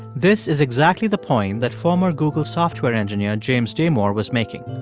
this is exactly the point that former google software engineer james damore was making.